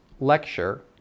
lecture